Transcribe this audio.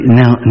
now